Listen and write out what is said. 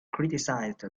criticised